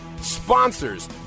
sponsors